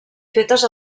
fetes